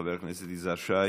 חבר הכנסת יזהר שי.